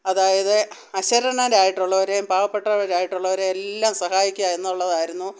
അതായത് അശരണരായിട്ടുള്ളവരെയും പാവപ്പെട്ടവരായിട്ടുള്ളവരെയും എല്ലാം സഹായിക്കാം എന്നുള്ളതായിരുന്നു